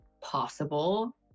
possible